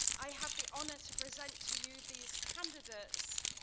i have the honor to present to you these candidates,